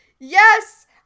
Yes